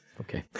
okay